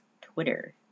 Twitter